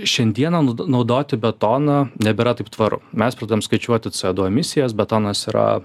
šiandieną nud naudoti betoną nebėra taip tvaru mes pradedam skaičiuoti co du emisijas betonas yra